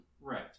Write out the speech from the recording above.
Right